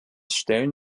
stellen